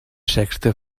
sexta